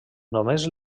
només